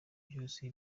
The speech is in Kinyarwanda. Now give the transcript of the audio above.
byose